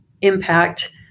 impact